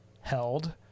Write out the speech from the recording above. held